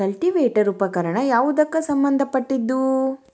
Cultivator ಉಪಕರಣ ಯಾವದಕ್ಕ ಸಂಬಂಧ ಪಟ್ಟಿದ್ದು?